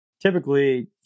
typically